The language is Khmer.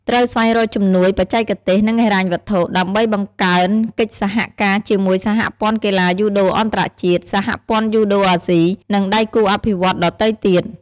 ត្រូវស្វែងរកជំនួយបច្ចេកទេស និងហិរញ្ញវត្ថុ ដើម្បីបង្កើនកិច្ចសហការជាមួយសហព័ន្ធកីឡាយូដូអន្តរជាតិ សហព័ន្ធយូដូអាស៊ី និងដៃគូអភិវឌ្ឍន៍ដទៃទៀត ។